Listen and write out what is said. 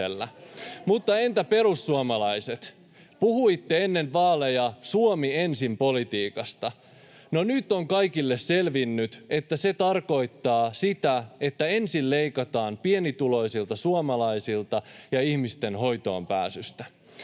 Mutta entä perussuomalaiset? Puhuitte ennen vaaleja Suomi ensin -politiikasta. No nyt on kaikille selvinnyt, että se tarkoittaa sitä, että ensin leikataan pienituloisilta suomalaisilta ja ihmisten hoitoonpääsystä.